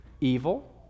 evil